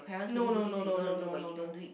no no no no no no no no